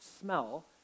smell